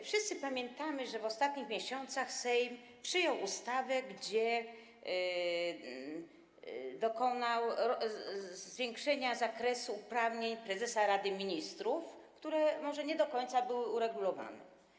Wszyscy pamiętamy, że w ostatnich miesiącach Sejm przyjął ustawę, w przypadku której dokonał zwiększenia zakresu uprawnień prezesa Rady Ministrów, które może nie do końca były uregulowane.